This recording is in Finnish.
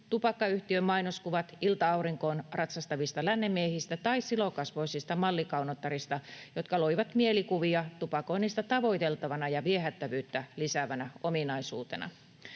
tupakkayhtiön mainoskuvat ilta-aurinkoon ratsastavista lännenmiehistä tai silokasvoisista mallikaunottarista, jotka loivat mielikuvia tupakoinnista tavoiteltavana ja viehättävyyttä lisäävänä ominaisuutena.